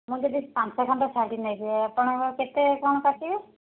ମୁଁ ଯଦି ପାଞ୍ଚ ଖଣ୍ଡ ଶାଢ଼ି ନେଇଯିବି ଆପଣଙ୍କ କେତେ କ'ଣ କଟିବ